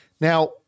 Now